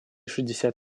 шестьдесят